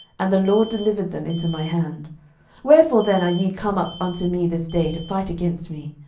and the lord delivered them into my hand wherefore then are ye come up unto me this day, to fight against me?